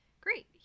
Great